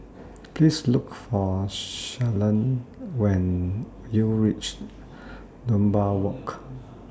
Please Look For Shalon when YOU REACH Dunbar Walk